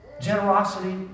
Generosity